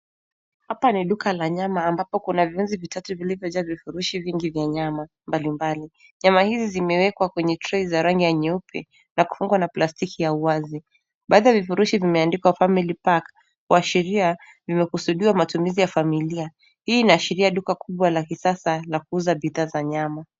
Hapa ni duka la nyama ambapo kuna viunzi vitatu vilivyo jaa vifurushi vingi vya nyama mbalimbali. Nyama hizi zime wekwa kwenye trei za rangi nyeupe na kufungwa kwa plastiki ya uwazi. Baadhi ya vifurishi vime andikwa family pack kwa ashria lime kusudiwa matumizi ya familia. Hii ina ashiria duka kubwa la kisasa na kuuza bidhaa za nyama.